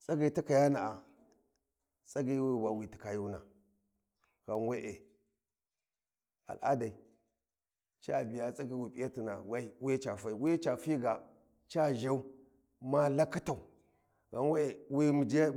Isaghi ti kayana’a hyi wi wa wi tikkayuna ghan we’e al’adai ca biya tsaghi wi p’iyatina we wi yi ca fai wuyi cafi ga zhau ma lakkhitau